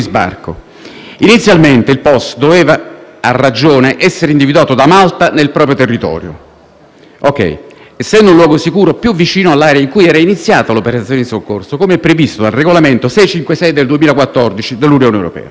essendo un luogo sicuro più vicino all'area in cui erano iniziate le operazioni di soccorso, come previsto dal regolamento dell'Unione europea n. 656 del 2014. Tuttavia, le autorità maltesi non hanno in alcun modo inteso accogliere la richiesta italiana.